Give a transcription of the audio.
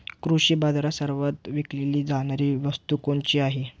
कृषी बाजारात सर्वात विकली जाणारी वस्तू कोणती आहे?